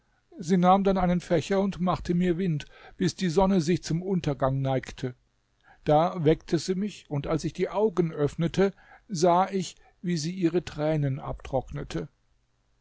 sie nahm dann einen fächer und machte mir wind bis die sonne sich zum untergang neigte da weckte sie mich und als ich die augen öffnete sah ich wie sie ihre tränen abtrocknete